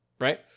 Right